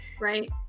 right